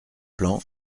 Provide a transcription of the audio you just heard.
plan